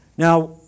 Now